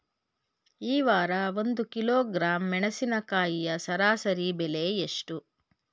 ಈ ವಾರ ಒಂದು ಕಿಲೋಗ್ರಾಂ ಮೆಣಸಿನಕಾಯಿಯ ಸರಾಸರಿ ಬೆಲೆ ಎಷ್ಟು?